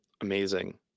Amazing